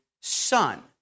son